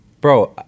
Bro